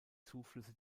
zuflüsse